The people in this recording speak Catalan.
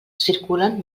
circulen